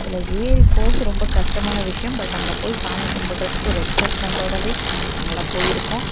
அதில் ஏறி போகிறது ரொம்ப கஷ்டமான விஷயம் பட் அங்கே போய் சாமி கும்பிட்றதுக்கு ஒரு எக்சைட்மெண்ட்டோடவே நாங்கள்லாம் போயிருக்கோம்